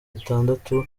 atandatu